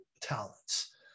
talents